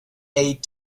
aid